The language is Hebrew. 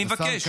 אני מבקש,